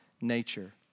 nature